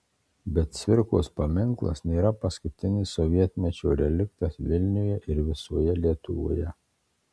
bet cvirkos paminklas nėra paskutinis sovietmečio reliktas vilniuje ir visoje lietuvoje